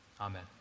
amen